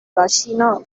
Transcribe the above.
bacino